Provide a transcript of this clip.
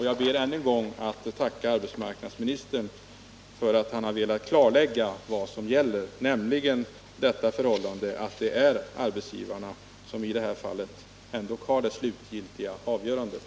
Jag ber än en gång att få tacka arbetsmarknadsministern för att han velat klarlägga vad som gäller, nämligen att det är arbetsgivarna som i det här fallet ändå har det slutgiltiga avgörandet.